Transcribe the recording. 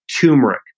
turmeric